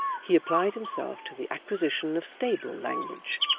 he applied himself to the acquisition of stable language,